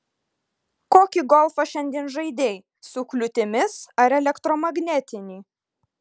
kokį golfą šiandien žaidei su kliūtimis ar elektromagnetinį